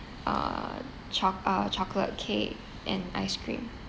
uh cho~ uh chocolate cake and ice cream